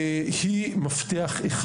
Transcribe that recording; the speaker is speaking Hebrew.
היא בהחלט סוגיית המפתח.